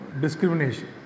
discrimination